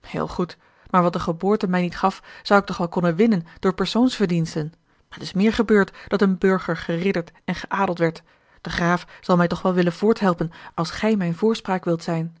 heel goed maar wat de geboorte mij niet gaf zou ik toch wel konnen winnen door persoonsverdiensten het is meer gebeurd dat een burger geridderd en geadeld werd de graaf zal mij toch wel willen voorthelpen als gij mijne voorspraak wilt zijn